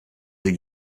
des